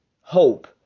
hope